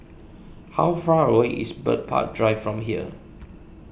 how far away is Bird Park Drive from here